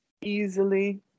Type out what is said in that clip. easily